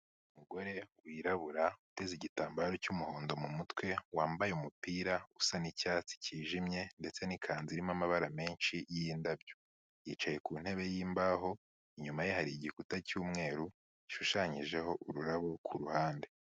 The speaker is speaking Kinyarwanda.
Umugore wirabura uteze igitambaro cy'umuhondo mu mutwe, wambaye umupira usa n'icyatsi cyijimye ndetse n'ikanzu irimo amabara menshi y'indabyo. Yicaye ku ntebe y'imbaho, inyuma ye hari igikuta cy'umweru gishushanyijeho ururabo ku ruhande.